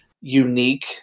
unique